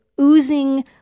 oozing